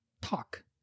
talk